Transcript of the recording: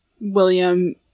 William